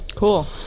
cool